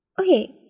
Okay